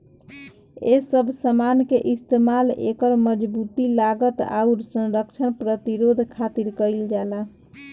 ए सब समान के इस्तमाल एकर मजबूती, लागत, आउर संरक्षण प्रतिरोध खातिर कईल जाला